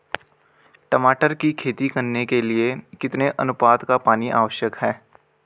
टमाटर की खेती करने के लिए कितने अनुपात का पानी आवश्यक है?